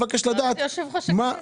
זה יושב-ראש הכנסת.